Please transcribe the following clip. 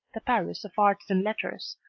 the paris of arts and letters,